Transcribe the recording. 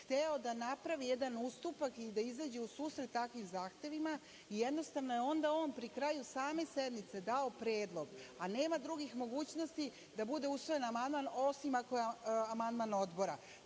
hteo da napravi jedan ustupak i da izađe u susret takvim zahtevima i jednostavno je onda on pri kraju same sednice dao predlog, a nema drugih mogućnosti da bude usvojen amandman, osim ako je amandman odbora,